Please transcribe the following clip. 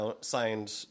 signed